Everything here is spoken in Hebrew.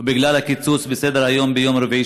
ובגלל הקיצוץ בסדר-היום ביום רביעי